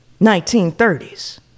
1930s